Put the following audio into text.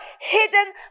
Hidden